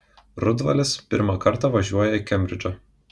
rudvalis pirmą kartą važiuoja į kembridžą